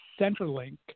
Centerlink